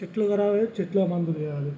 చెట్లు ఖరాబు అయితే చెట్ల మందు వెయ్యాలి